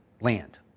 land